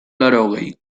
laurogei